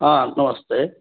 आ नमस्ते